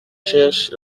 cherche